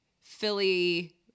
Philly